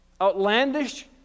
Outlandish